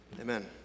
Amen